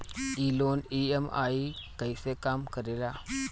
ई loan EMI कईसे काम करेला?